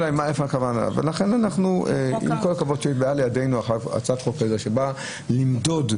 הכבוד, כשבאה לידינו הצעת חוק שבאה למדוד,